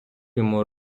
йому